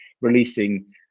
releasing